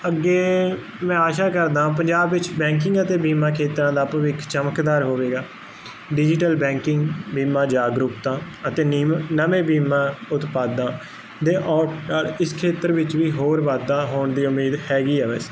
ਅੱਗੇ ਮੈਂ ਆਸ਼ਾ ਕਰਦਾ ਪੰਜਾਬ ਵਿੱਚ ਬੈਂਕਿੰਗ ਅਤੇ ਬੀਮਾ ਖੇਤਰਾਂ ਦਾ ਭਵਿੱਖ ਚਮਕਦਾਰ ਹੋਵੇਗਾ ਡਿਜੀਟਲ ਬੈਂਕਿੰਗ ਬੀਮਾ ਜਾਗਰੂਕਤਾ ਅਤੇ ਨੀਮ ਨਵੇਂ ਬੀਮਾ ਉਤਪਾਦਾਂ ਦੇ ਇਸ ਖੇਤਰ ਵਿੱਚ ਵੀ ਹੋਰ ਵਾਧਾ ਹੋਣ ਦੀ ਉਮੀਦ ਹੈਗੀ ਆ ਵੈਸੇ